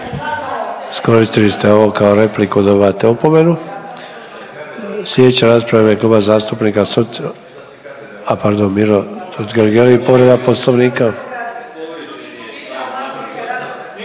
Iskoristili ste ovo kao repliku. Dobivate opomenu. Sljedeća rasprava je Kluba zastupnika Socijaldemokrata.